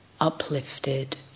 uplifted